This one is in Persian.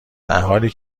درحالی